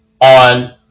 on